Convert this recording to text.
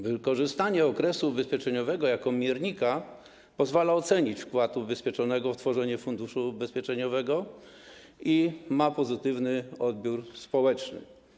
Wykorzystanie okresu ubezpieczeniowego jako miernika pozwala ocenić wkład ubezpieczonego w tworzenie funduszu ubezpieczeniowego i ma pozytywny odbiór społeczny.